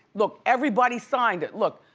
look everybody signed it. look,